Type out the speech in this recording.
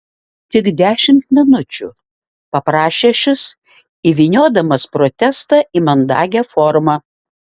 tik dešimt minučių paprašė šis įvyniodamas protestą į mandagią formą